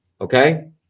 Okay